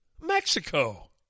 Mexico